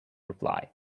reply